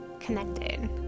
connected